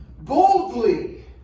Boldly